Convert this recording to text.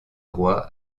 roi